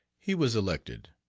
he was elected.